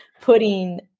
putting